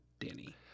Danny